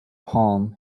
palm